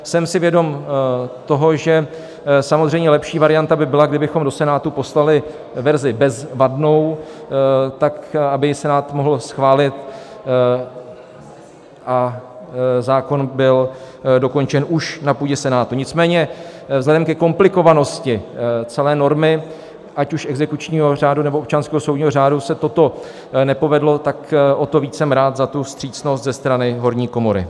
Jsem si vědom toho, že samozřejmě lepší varianta by byla, kdybychom do Senátu poslali verzi bezvadnou, aby Senát ji mohl schválit a zákon byl dokončen už na půdě Senátu, nicméně vzhledem ke komplikovanosti celé normy, ať už exekučního řádu, nebo občanského soudního řádu, se toto nepovedlo, tak o to víc jsem rád za vstřícnost ze strany horní komory.